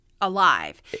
alive